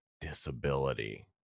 disability